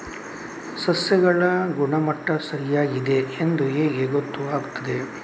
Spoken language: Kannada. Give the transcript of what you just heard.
ಸಸ್ಯಗಳ ಗುಣಮಟ್ಟ ಸರಿಯಾಗಿ ಇದೆ ಎಂದು ಹೇಗೆ ಗೊತ್ತು ಆಗುತ್ತದೆ?